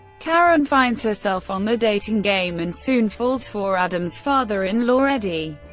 karen finds herself on the dating game, and soon falls for adam's father-in-law eddie,